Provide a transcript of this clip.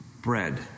bread